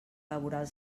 laboral